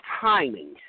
timing